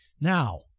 Now